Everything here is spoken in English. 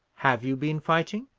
have you been fighting?